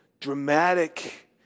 dramatic